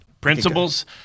Principles